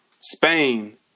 Spain